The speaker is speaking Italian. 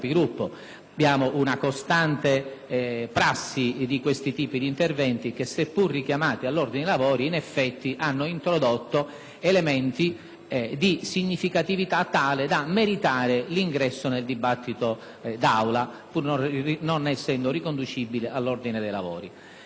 Abbiamo una costante prassi di questo tipo di interventi che, seppure richiamati all'ordine dei lavori, in effetti, hanno introdotto elementi di significatività tale da meritare l'ingresso nel dibattito d'Aula, pur non essendo riconducibili all'ordine dei lavori.